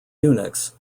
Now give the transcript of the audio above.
unix